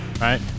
right